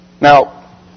Now